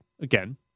again